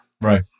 Right